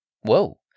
Whoa